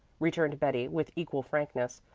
returned betty with equal frankness,